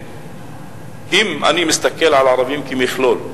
אם אני מסתכל על הערבים כמכלול,